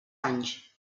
anys